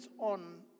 on